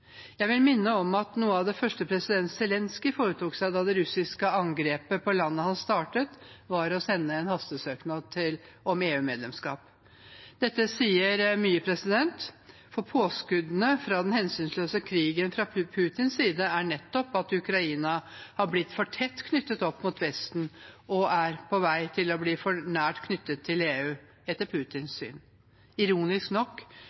Jeg vil minne om at noe av det første president Zelenskyj foretok seg da det russiske angrepet på landet hans startet, var å sende en hastesøknad om EU-medlemskap. Dette sier mye, for påskuddene for den hensynsløse krigen fra Putins side er nettopp at Ukraina har blitt for tett knyttet opp mot Vesten og er på vei til å bli for nært knyttet til EU. Ironisk nok